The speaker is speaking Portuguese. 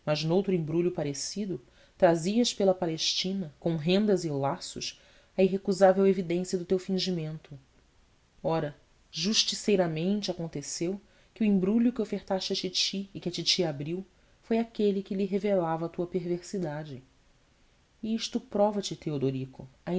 noutro embrulho parecido trazias pela palestina com rendas e laços a irrecusável evidência do teu fingimento ora justiceiramente aconteceu que o embrulho que ofertaste à titi e que a titi abriu foi aquele que lhe revelava a tua perversidade e isto provate